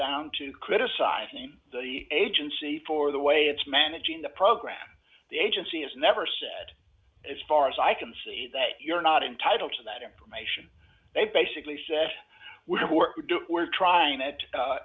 down to criticising the agency for the way it's managing the program the agency has never said as far as so i can see that you're not entitled to that information they basically said we were trying it